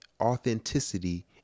authenticity